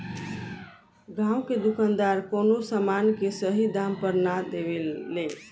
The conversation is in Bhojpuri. गांव के दुकानदार कवनो समान के सही दाम पर ना देवे ले